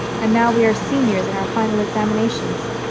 and now we are seniors in our final examinations.